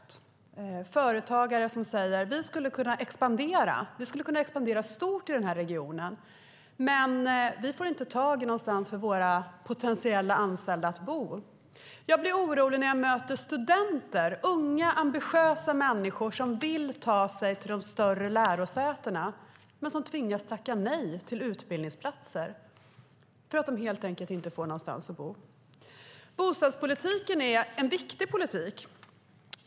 Det är företagare som säger: Vi skulle kunna expandera stort i den här regionen, men vi får inte tag i bostäder till våra potentiella anställda. Jag blir orolig när jag möter studenter och unga ambitiösa människor som vill ta sig till de större lärosätena men som tvingas tacka nej till utbildningsplatser för att de helt enkelt inte får någonstans att bo. Bostadspolitiken är en viktig politik.